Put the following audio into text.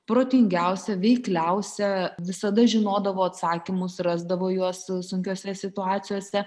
protingiausia veikliausia visada žinodavo atsakymus rasdavo juos sunkiose situacijose